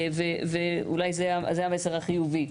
ואולי זה המסר החיובי.